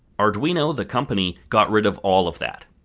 arduino, the company, got rid of all of that.